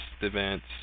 events